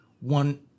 one